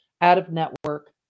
out-of-network